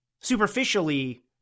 superficially